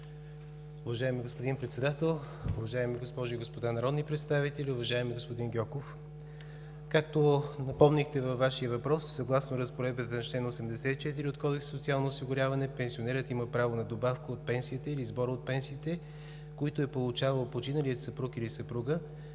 Уважаеми господин Председател, уважаеми госпожи и господа народни представители! Уважаеми господин Гьоков, както напомнихте във Вашия въпрос, съгласно разпоредбата на чл. 84 от Кодекса за социално осигуряване пенсионерът има право на добавка от пенсията или сбора от пенсиите, които е получавал починалият съпруг или съпруга,